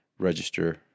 register